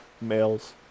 males